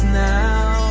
now